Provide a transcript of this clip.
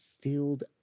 filled